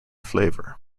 flavour